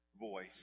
voice